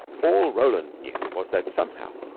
all roland knew was that somehow,